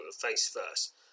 face-first